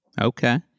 Okay